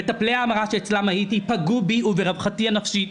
מטפלי ההמרה שאצלם הייתי פגעו בי וברווחתי הנפשית,